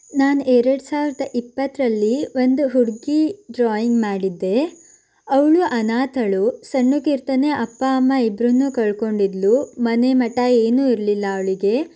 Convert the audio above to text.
ನಾನು ಎರಡು ಸಾವಿರದ ಇಪ್ಪತ್ತರಲ್ಲಿ ಒಂದು ಹುಡುಗಿ ಡ್ರಾಯಿಂಗ್ ಮಾಡಿದ್ದೆ ಅವಳು ಅನಾಥಳು ಸಣ್ಣಕಿರ್ತಾನೆ ಅಪ್ಪ ಅಮ್ಮ ಇಬ್ಬರನ್ನೂ ಕಳ್ಕೊಂಡಿದ್ಲು ಮನೆ ಮಠ ಏನೂ ಇರಲಿಲ್ಲ ಅವಳಿಗೆ